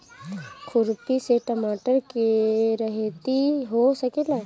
खुरपी से टमाटर के रहेती हो सकेला?